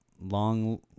Long